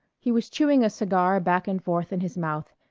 he was chewing a cigar back and forth in his mouth,